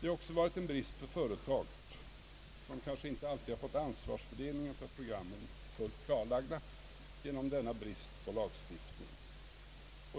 Det har också varit en brist ur företagets synpunkt, som inte alltid har fått ansvarsfördelningen i fråga om programmen fullt klarlagd därför att lagstiftning alltså saknas.